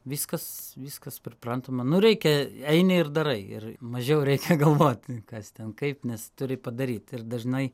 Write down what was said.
viskas viskas priprantama nu reikia eini ir darai ir mažiau reikia galvoti kas ten kaip nes turi padaryt ir dažnai